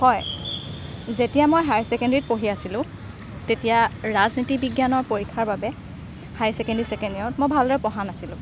হয় যেতিয়া মই হায়াৰ ছেকেণ্ডাৰীত পঢ়ি আছিলো তেতিয়া ৰাজনীতি বিজ্ঞানৰ পৰীক্ষাৰ বাবে হাই ছেকেণ্ডেৰী ছেকেণ্ড ইয়েৰত মই ভালদৰে পঢ়া নাছিলোঁ